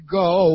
go